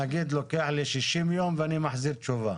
נגיד לוקח לי 60 יום ואני מחזיר תשובה.